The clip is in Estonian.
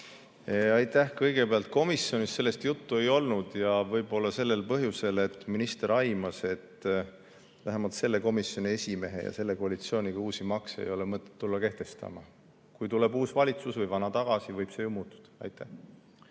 Aitäh! Kõigepealt, komisjonis sellest juttu ei olnud ja võib-olla sellel põhjusel, et minister aimas, et vähemalt selle komisjoni esimehe ja selle koalitsiooniga uusi makse ei ole mõtet tulla kehtestama. Kui tuleb uus valitsus või vana tagasi, võib see ju muutuda. Aitäh!